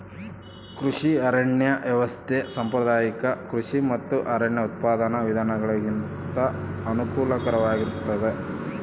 ಕೃಷಿ ಅರಣ್ಯ ವ್ಯವಸ್ಥೆ ಸಾಂಪ್ರದಾಯಿಕ ಕೃಷಿ ಮತ್ತು ಅರಣ್ಯ ಉತ್ಪಾದನಾ ವಿಧಾನಗುಳಿಗಿಂತ ಅನುಕೂಲಕರವಾಗಿರುತ್ತದ